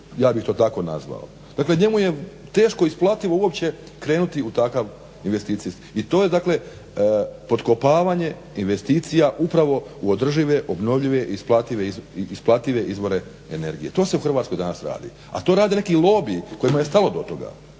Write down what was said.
Ja bih to tako nazvao. Dakle njemu je teško isplativo uopće krenuti u takav investiciju i to je dakle potkopavanje investicija upravo u održive, obnovljive i isplative izvore energije. To se u Hrvatskoj danas radi a to rade neki lobiji kojima je stalo do toga